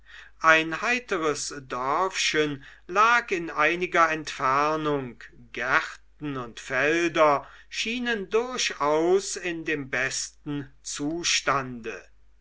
ein heiteres dörfchen lag in einiger entfernung gärten und felder schienen durchaus in dem besten zustande